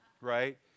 right